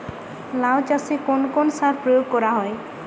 লাউ চাষে কোন কোন সার প্রয়োগ করা হয়?